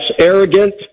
arrogant